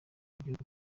igihugu